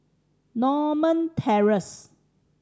Norma Terrace